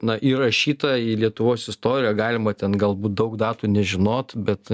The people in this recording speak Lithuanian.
na įrašyta į lietuvos istoriją galima ten galbūt daug datų nežinot bet